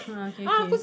ah K K